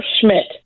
Schmidt